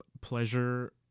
pleasure